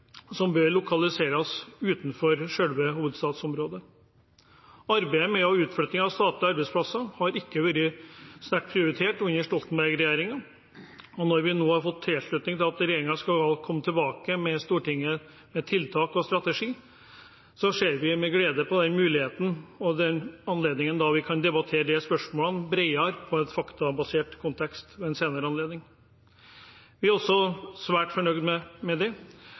som bør lokaliseres utenfor selve hovedstadsområdet. Arbeidet med utflytting av statlige arbeidsplasser har ikke vært sterkt prioritert under Stoltenberg-regjeringen. Når vi nå har fått tilslutning til at regjeringen skal komme tilbake til Stortinget med tiltak og strategi, ser vi med glede fram til den muligheten og den anledningen vi får til å debattere disse spørsmålene bredere i en faktabasert kontekst ved en senere anledning. Vi har også vært fornøyd med det,